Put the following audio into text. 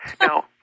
Now